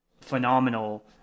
phenomenal